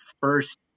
first